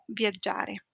viaggiare